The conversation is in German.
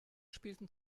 spielten